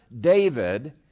David